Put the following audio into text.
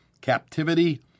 captivity